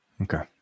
Okay